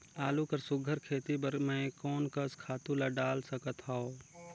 आलू कर सुघ्घर खेती बर मैं कोन कस खातु ला डाल सकत हाव?